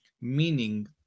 meaning